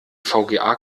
vga